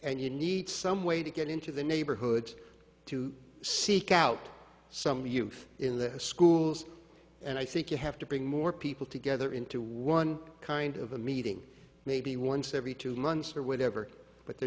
and you need some way to get into the neighborhoods to seek out some youth in the schools and i think you have to bring more people together into one kind of a meeting maybe once every two months or whatever but there